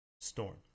Storm